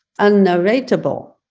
unnarratable